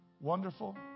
Wonderful